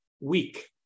weak